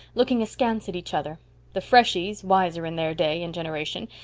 looking askance at each other the freshies, wiser in their day and generation,